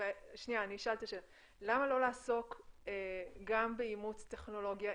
למה לא לעסוק גם באימוץ טכנולוגיה,